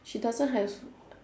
she doesn't have